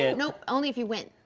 ah nope, only if you win.